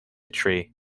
tree